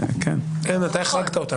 אתה החרגת אותנו.